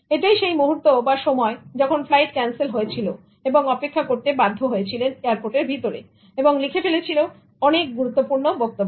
এটাই সেই মুহুর্ত বা সময় যখন ফ্লাইট ক্যানসেল হয়ে ছিল এবং অপেক্ষা করতে বাধ্য হয়েছিল এয়ারপোর্টের ভিতরে এবং লিখে ফেলেছিল অনেক গুরুত্বপূর্ণ বক্তব্য